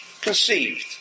conceived